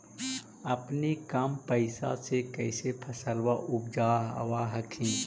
अपने कम पैसा से कैसे फसलबा उपजाब हखिन?